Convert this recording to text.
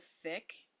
thick